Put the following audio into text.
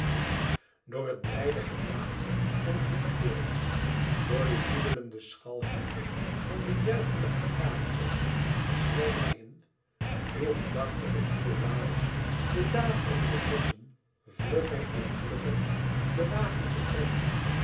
door het blijde geblaat en gekweel door den jubelenden schal heen van der juichende arkadiërs schalmeien joeg dartele iolàos de dravende rossen vlugger en vlugger den wagen te trekken